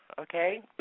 okay